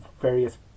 various